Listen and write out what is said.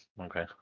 okay